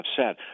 upset